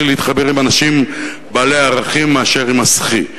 להתחבר עם אנשים בעלי ערכים מאשר עם הסחי.